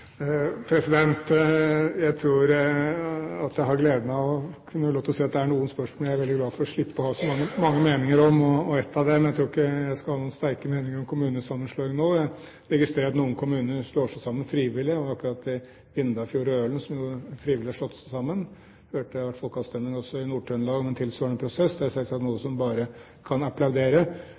Jeg tror jeg har gleden av å kunne få lov til å si at det er noen spørsmål jeg er veldig glad for å slippe å ha så mange meninger om, og dette er et av dem. Jeg tror ikke jeg skal ha noen sterke meninger om kommunesammenslåing nå. Jeg registrerer at noen kommuner slår seg sammen frivillig – som Vindafjord og Ølen, som frivillig har slått seg sammen. Jeg hørte det også var folkeavstemning i Nord-Trøndelag, med en tilsvarende prosess. Det er selvsagt noe man bare kan applaudere.